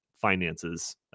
finances